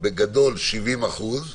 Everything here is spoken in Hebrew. בגדול "70%",